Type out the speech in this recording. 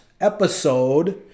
episode